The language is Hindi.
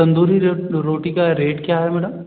तंदूरी रोटी का रेट क्या है मैडम